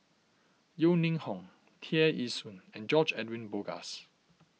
Yeo Ning Hong Tear Ee Soon and George Edwin Bogaars